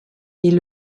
est